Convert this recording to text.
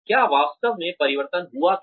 क्या वास्तव में परिवर्तन हुआ था